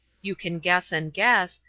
you can guess and guess,